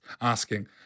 asking